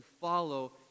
follow